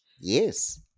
yes